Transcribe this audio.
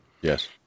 Yes